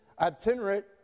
itinerant